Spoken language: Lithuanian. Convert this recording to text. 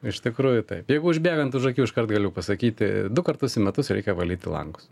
iš tikrųjų taip jeigu užbėgant už akių iškart galiu pasakyti du kartus į metus reikia valyti langus